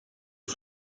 for